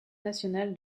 national